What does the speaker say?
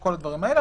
כל הדברים האלה,